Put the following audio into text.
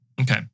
Okay